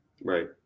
Right